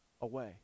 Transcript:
away